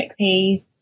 chickpeas